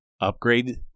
upgrade